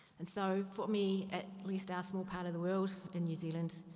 and so, for me, at least our small part of the world in new zealand,